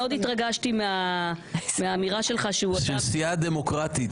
התרגשתי מאוד מהאמירה שלך שהוא אדם --- של סיעה דמוקרטית,